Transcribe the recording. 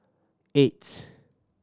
eight